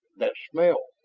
that smell.